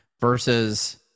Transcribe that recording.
versus